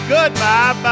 Goodbye